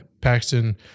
Paxton